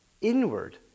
inward